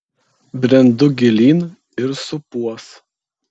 brendu gilyn ir supuos